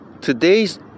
today's